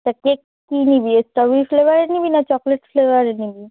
তা কেক কী নিবি এ স্ট্রবেরি ফ্লেভারের নিবি না চকলেট ফ্লেভারে নিবি